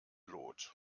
lot